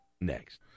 next